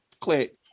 click